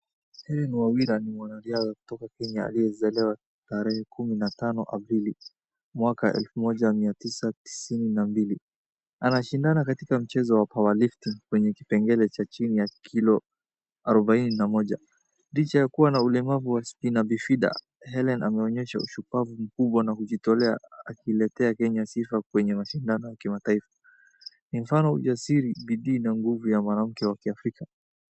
Hellen Wawira ni mwanariadha kutoka Kenya aliyezaliwa tarehe kumi na tano aprili mwaka elfu moja mia tisa tisini na mbili. Anashindana katika mchezo wa powerlifting kwenye kipengele cha chini ya kilo arubaini na moja. Licha kukua na ulemavu wa Spina bifida, Hellen ameonyesha ushupavu mkubwa na kujitolea akiletea kenya sifa kwenye mashindano ya kimataifa, ni mfano wa ujasiri, bidii na nguvu za mwanamke wa kiafrika.